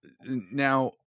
Now